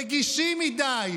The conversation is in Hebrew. הם רגישים מדי.